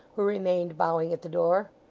who remained bowing at the door.